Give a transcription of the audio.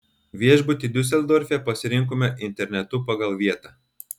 viešbutį diuseldorfe pasirinkome internetu pagal vietą